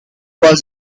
was